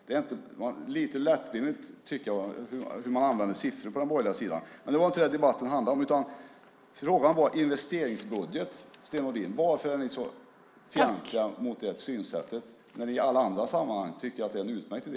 Användningen av siffror är lite lättvindig på den borgerliga sidan. Men det är inte det här debatten handlar om. Frågan gällde investeringsbudget, Sten Nordin. Varför är ni så fientliga mot det synsättet när ni i alla andra sammanhang tycker att det är en utmärkt idé?